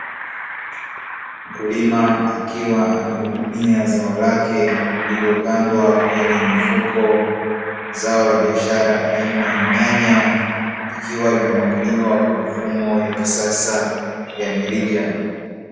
Mkulima akiwa anahudumia zao lake lililopandwa kwenye mifuko, zao la biashara aina ya nyanya likiwa linamwagiliwa kwa mifumo ya kisasa ya mirija.